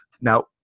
Now